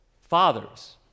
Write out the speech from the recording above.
fathers